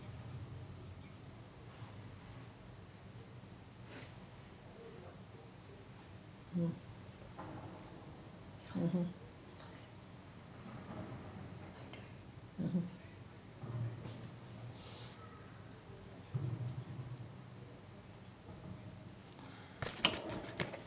mm mmhmm mmhmm